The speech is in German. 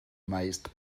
meist